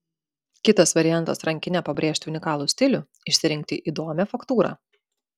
kitas variantas rankine pabrėžti unikalų stilių išsirinkti įdomią faktūrą